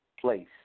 place